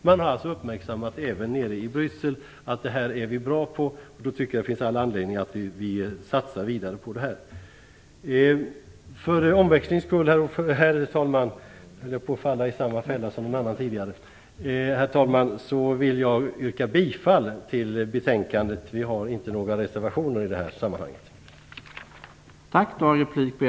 Man har alltså även nere i Bryssel uppmärksammat att vi är bra på detta. Då tycker jag att det finns all anledning att vi satsar vidare på det. För omväxlings skull, herr talman, vill jag yrka bifall till hemställan. Vi har inte några reservationer till detta betänkande.